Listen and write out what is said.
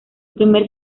primer